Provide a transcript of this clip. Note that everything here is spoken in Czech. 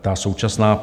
Ta současná